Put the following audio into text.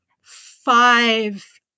five